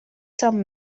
some